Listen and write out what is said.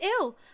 ill